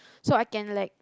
so I can like